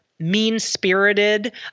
mean-spirited